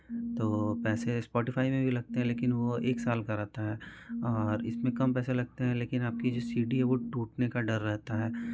तो पैसे स्पोटीफाई में भी लगते है लेकिन वो एक साल का रहता है और इसमें कम पैसे लगते हैं लेकिन आपकी जो सी डी है वो टूटने का डर रहता है